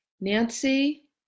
Nancy